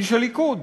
איש הליכוד.